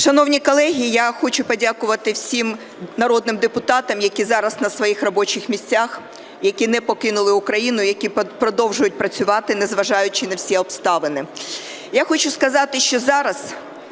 Шановні колеги, я хочу подякувати всім народним депутатам, які зараз на своїх робочих місцях, які не покинули Україну, які продовжують працювати незважаючи на всі обставини.